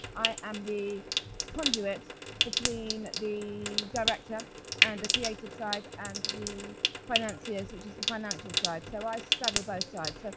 i am the conduit between the director and the creative side and the financiers which is the financial side. so i straddle both sides. like